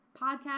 podcast